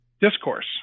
discourse